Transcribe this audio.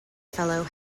fellow